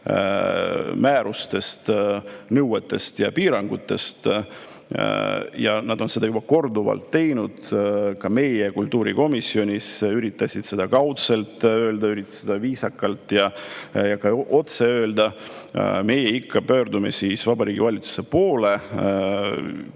määrustest, nõuetest ja piirangutest. Nad on seda juba korduvalt teinud, ka meie kultuurikomisjonis üritasid nad seda öelda, kaudselt, viisakalt ja ka otse. Me aga pöördume ikka Vabariigi Valitsuse poole,